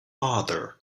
father